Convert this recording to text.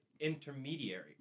intermediary